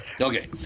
Okay